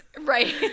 Right